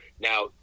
Now